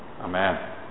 amen